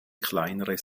kleinere